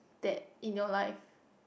that in your life